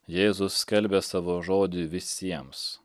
jėzus skelbia savo žodį visiems